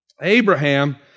Abraham